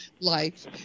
life